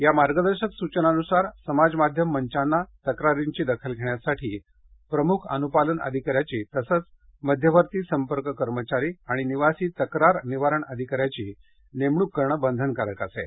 या मार्गदर्शक सुचनांनुसार समाज माध्यम मंचांना तक्रारींची दखल घेण्यासाठी प्रमुख अनुपालन अधिकाऱ्याची तसंच मध्यवर्ती संपर्क कर्मचारी आणि निवासी तक्रार निवारण अधिकाऱ्याची नेमणूक करणं बंधनकारक असेल